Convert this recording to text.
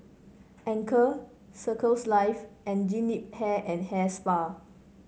Anchor Circles Life and Jean Yip Hair and Hair Spa